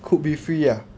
could be free ah